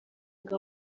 ngo